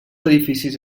edificis